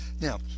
Now